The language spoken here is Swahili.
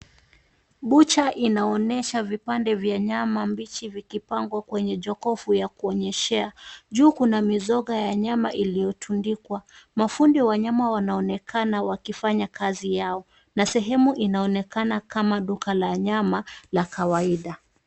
Bucha inaonesha vipande vya nyama mbichi vikipangwa kwenye jokofu ya kuonyeshea. Juu kuna mizoga ya nyama iliyotundikwa. Mafundi wa nyama wanaonekana wakifanya kazi yao, na sehemu inaonekana kama duka la nyama la kawaida.